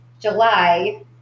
July